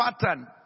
pattern